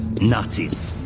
Nazis